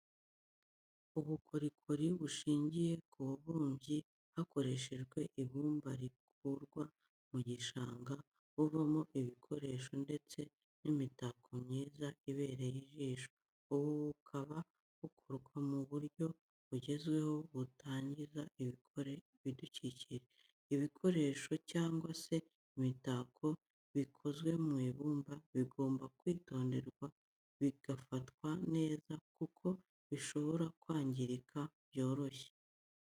Ubukorikori bushingiye ku bubumbyi hakoreshejwe ibumba rikurwa mu gishanga, buvamo ibikoresho ndetse n'imitako myiza ibereye ijisho, ubu bukaba bukorwa mu buryo bugezweho butangiza ibidukikije. Ibikoresho cyangwa se imitako bikozwe mu ibumba bigomba kwitonderwa bigafatwa neza kuko bishobora kwangirika byoroshye.